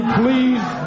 please